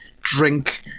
drink